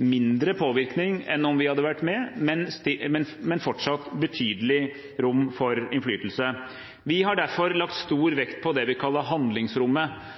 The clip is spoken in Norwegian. mindre påvirkning enn om vi hadde vært med, men fortsatt betydelig rom for innflytelse. Vi har derfor lagt stor vekt på det vi kaller handlingsrommet.